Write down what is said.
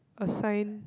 a sign